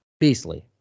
Beastly